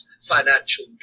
financial